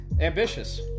Ambitious